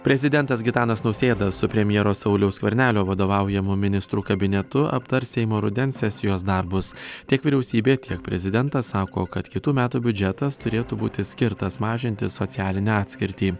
prezidentas gitanas nausėda su premjero sauliaus skvernelio vadovaujamu ministrų kabinetu aptars seimo rudens sesijos darbus tiek vyriausybė tiek prezidentas sako kad kitų metų biudžetas turėtų būti skirtas mažinti socialinę atskirtį